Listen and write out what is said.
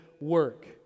work